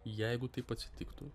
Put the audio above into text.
jeigu taip atsitiktų